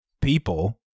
people